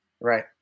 Right